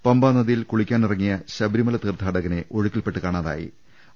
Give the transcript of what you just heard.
പമ്പ്നദിയിൽ കുളിക്കാനിറ ങ്ങിയ ശബരിമല തീർഥാട്ടകനെ ഒഴുക്കിൽപെട്ട് കാണാ തിയി